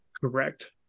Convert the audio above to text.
correct